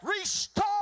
Restore